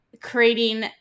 creating